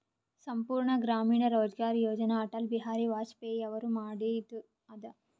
ಸಂಪೂರ್ಣ ಗ್ರಾಮೀಣ ರೋಜ್ಗಾರ್ ಯೋಜನ ಅಟಲ್ ಬಿಹಾರಿ ವಾಜಪೇಯಿ ಅವರು ಮಾಡಿದು ಅದ